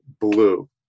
Blue